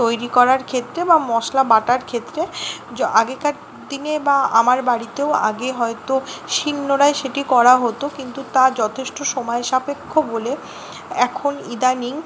তৈরি করার ক্ষেত্রে বা মশলা বাটার ক্ষেত্রে আগেকার দিনে বা আমার বাড়িতেও আগে হয়তো শিল নোড়ায় সেটি করা হতো কিন্তু তা যথেষ্ট সময়সাপেক্ষ বলে এখন ইদানীং